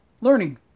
learning